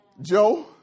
Joe